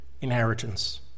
inheritance